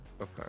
Okay